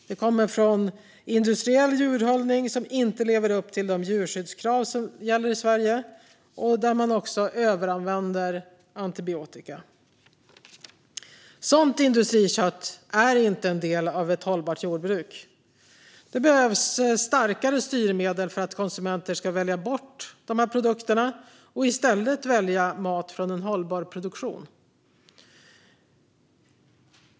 Det kommer från industriell djurhållning som inte lever upp till de djurskyddskrav som gäller i Sverige och där man också överanvänder antibiotika. Sådant industrikött är inte en del av ett hållbart jordbruk. Det behövs starkare styrmedel för att konsumenter ska välja bort dessa produkter och i stället välja mat från en hållbar produktion.